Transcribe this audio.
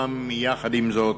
אולם, יחד עם זאת,